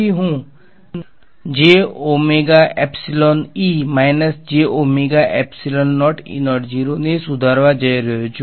તેથી હું ને સુધારવા જઈ રહ્યો છું